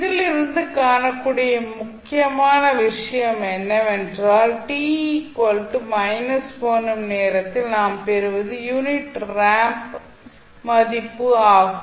இதிலிருந்து காணக்கூடிய முக்கியமான விஷயம் என்னவென்றால் t 1 எனும் நேரத்தில் நாம் பெறுவது யூனிட் ரேம்ப் ன் மதிப்பு ஆகும்